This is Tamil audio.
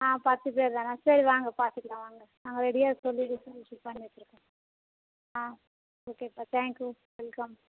பத்து பேர் தானாக சரி வாங்க பார்த்துக்கலாம் வாங்க நாங்கள் ரெடியாக சொல்லி வச்சு பண்ணி வச்சிடுறோம் ஆமாம் ஓகேப்பா தேங்க் யூ வெல்கம்